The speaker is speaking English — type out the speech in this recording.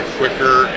quicker